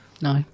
No